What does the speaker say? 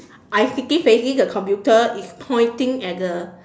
I freaking facing the computer it's pointing at the